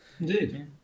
Indeed